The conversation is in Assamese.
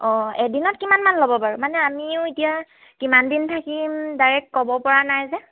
অঁ এদিনত কিমান মান ল'ব বাৰু মানে আমিও এতিয়া কিমান দিন থাকিম ডাইৰেক্ট ক'ব পৰা নাই যে